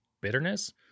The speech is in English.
bitterness